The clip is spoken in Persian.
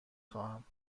خواهم